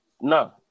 no